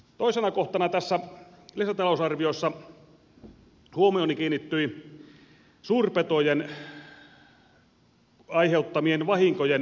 toisena kohtana tässä lisätalousarviossa huomioni kiinnittyi suurpetojen aiheuttamien vahinkojen korvaamiseen